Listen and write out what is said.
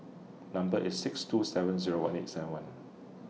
Number IS six two seven Zero one eight seven one